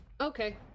Okay